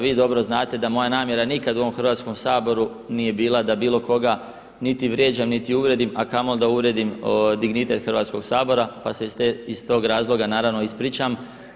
Vi dobro znate da moja namjera nikad u ovom Hrvatskom saboru nije bila da bilo koga niti vrijeđam niti uvrijedim, a kamoli da uvrijedim dignitet Hrvatskog sabora pa se iz tog razloga naravno ispričam.